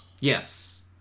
Yes